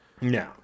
No